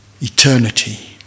Eternity